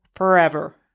Forever